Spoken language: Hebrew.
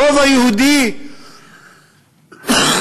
הרוב היהודי הקיים,